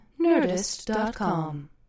nerdist.com